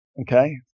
Okay